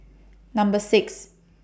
Number six